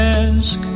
ask